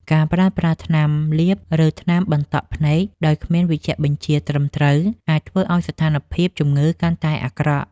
ការប្រើប្រាស់ថ្នាំលាប ឬថ្នាំបន្តក់ភ្នែកដោយគ្មានវេជ្ជបញ្ជាត្រឹមត្រូវអាចធ្វើឱ្យស្ថានភាពជំងឺកាន់តែអាក្រក់។